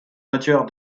matière